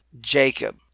Jacob